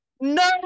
No